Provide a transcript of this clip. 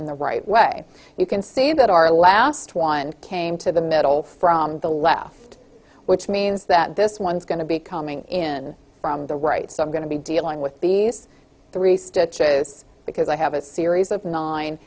in the right way you can see that our last one came to the middle from the left which means that this one is going to be coming in from the right so i'm going to be dealing with these three stitches because i have a series of nine